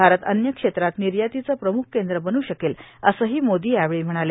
भारत अन्य क्षेत्रात निर्यातीचं प्रम्ख केंद्र बन् शकेल असंही मोदी यावेळी म्हणाले